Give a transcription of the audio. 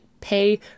pay